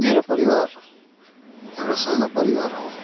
मेरो परिवार एउटा सानो परिवार हो